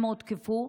הם הותקפו.